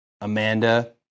Amanda